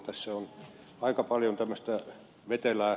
tässä on aika paljon tämmöistä vetelää